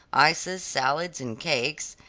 ices, salads, and cakes.